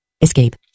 Escape